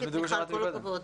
כל הכבוד.